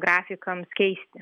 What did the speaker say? grafikams keisti